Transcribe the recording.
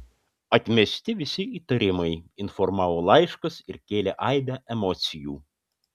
atmesti visi įtarimai informavo laiškas ir kėlė aibę emocijų